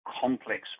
complex